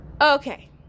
okay